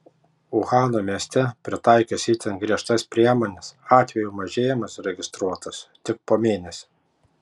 uhano mieste pritaikius itin griežtas priemones atvejų mažėjimas registruotas tik po mėnesio